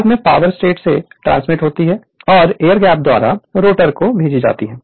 बाद में power stator से ट्रांसमिट होती है और एयर गैप के द्वारा रोटर तक जाती है